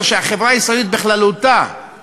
חבר הכנסת עמיר